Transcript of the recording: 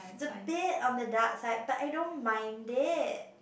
the bit on the dark side but I don't mind it